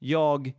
jag